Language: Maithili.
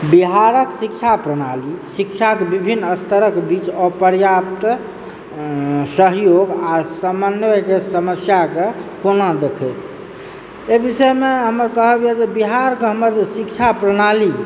बिहारक शिक्षा प्रणाली शिक्षाक बिभिन्न स्तरक बीच अपर्याप्त सहयोग आ समन्वयके समस्याके कोना देखै छियै एहि विषयमे हमर कहब यऽ जे बिहारक हमर जे शिक्षा प्रणाली